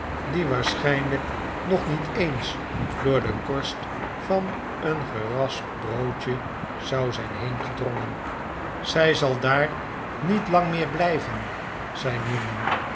die waarschijnlijk nog niet eens door de korst van een geraspt broodje zou zijn heengedrongen zij zal daar niet lang meer blijven zei newman